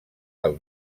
del